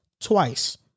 twice